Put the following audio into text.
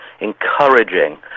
encouraging